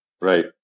Right